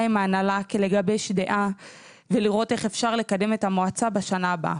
עם ההנהלה לגבש דעה ולראות איך אפשר לקדם את המועצה בשנה הבאה.